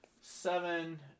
Seven